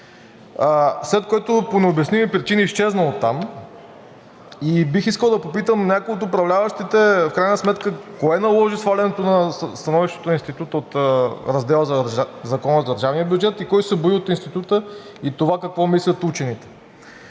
след което по необясними причини изчезна оттам. Бих искал да попитам някой от управляващите: в крайна сметка кое наложи свалянето на становището на Института от раздела за Закона за държавния бюджет и кой се бои от Института и какво мислят учените?